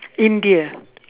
india